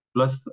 Plus